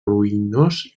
ruïnós